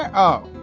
ah oh,